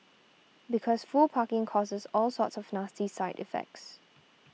because full parking causes all sorts of nasty side effects